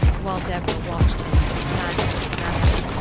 while deborah watched him as a spaniel its master,